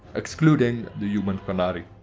excluding the human qunari.